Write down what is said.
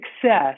success